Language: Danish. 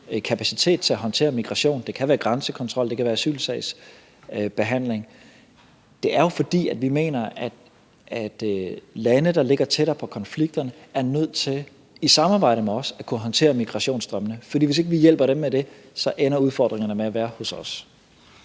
kapacitet til at håndtere migration. Det kan være grænsekontrol, det kan være asylsagsbehandling. Det er jo, fordi vi mener, at lande, der ligger tættere på konflikterne, er nødt til i samarbejde med os at kunne håndtere migrationsstrømmene. For hvis ikke vi hjælper dem med det, så ender udfordringerne med at være hos os.